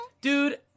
Dude